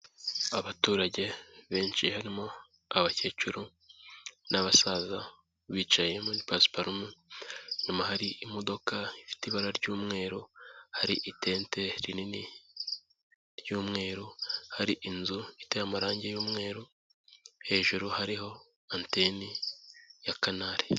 Abaturage benshi harimo abakecuru n'abasaza, bicaye muri pasiparumu, inyuma hari imodoka ifite ibara ry'umweru, hari itente rinini ry'umweru, hari inzu iteye amarangi y'umweru, hejuru hariho anteni ya kanari.